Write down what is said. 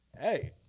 Hey